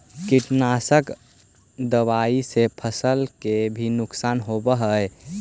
कीटनाशक दबाइ से फसल के भी नुकसान होब हई का?